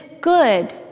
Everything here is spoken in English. good